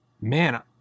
Man